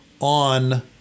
on